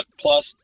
Plus